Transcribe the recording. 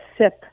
sip